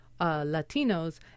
Latinos